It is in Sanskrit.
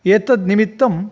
एतद् निमित्तं